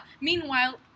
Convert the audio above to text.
Meanwhile